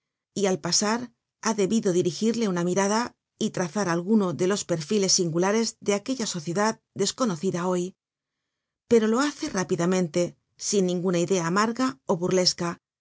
y al pasar ha debido dirigirle una mirada y trazar alguno de los perfiles singulares de aquella sociedad desconocida hoy pero lo hace rápidamente sin ninguna idea amarga ó burlesca